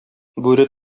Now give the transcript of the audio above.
бүре